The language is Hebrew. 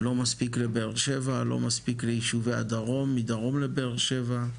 לא מספיק לבאר שבע, לא מספיק מדרום לבאר שבע,